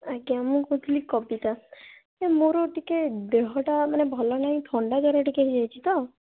ଆଜ୍ଞା ମୁଁ କହୁଥିଲି କବିତା ଏ ମୋର ଟିକିଏ ଦେହଟା ମାନେ ଭଲ ନାହିଁ ଥଣ୍ଡା ଜର ଟିକିଏ ହେଇଯାଇଛି ତ